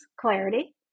clarity